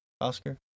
Oscar